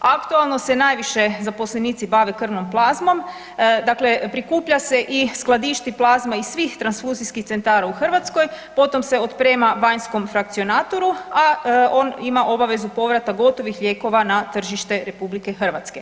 Aktualno se najviše zaposlenici bave krvnom plazmom, dakle prikuplja se i skladišti plazma iz svih transfuzijskih centara u Hrvatskoj, potom se oprema vanjskom frakcionatoru a on ima obavezu povrata gotovih lijekova na tržište RH.